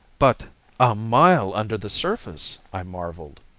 but a mile under the surface! i marveled,